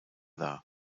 dar